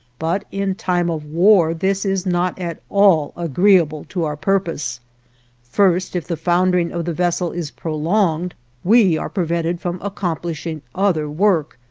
but in time of war this is not at all agreeable to our purpose first, if the foundering of the vessel is prolonged we are prevented from accomplishing other work,